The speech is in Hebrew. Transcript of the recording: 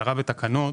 להסדרה בתקנות.